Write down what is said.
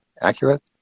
accurate